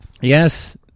Yes